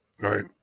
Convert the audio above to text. right